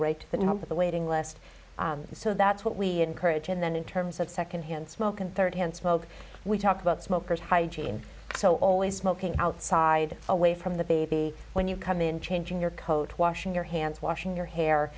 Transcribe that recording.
number the waiting list so that's what we encourage and then in terms of second hand smoke and third hand smoke we talk about smokers hygiene so always smoking outside away from the baby when you come in changing your coat washing your hands washing your hair